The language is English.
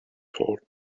taught